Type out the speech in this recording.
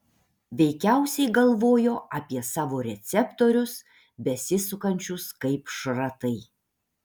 veikiausiai galvojo apie savo receptorius besisukančius kaip šratai